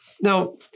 Now